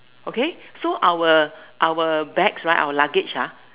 okay so our our bags right our luggage ah